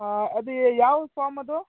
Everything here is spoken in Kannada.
ಹಾಂ ಅದು ಯಾವ ಫಾರ್ಮದು